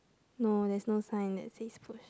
no there is no signs that says push